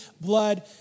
blood